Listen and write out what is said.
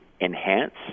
enhance